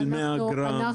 של 100 גרם.